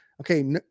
Okay